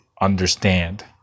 understand